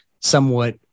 somewhat